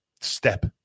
step